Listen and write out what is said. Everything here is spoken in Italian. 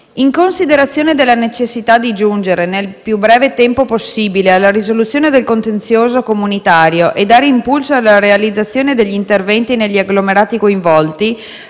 In considerazione della necessità di giungere, nel più breve tempo possibile, alla risoluzione del contenzioso comunitario e per dare impulso alla realizzazione degli interventi negli agglomerati coinvolti,